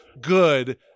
good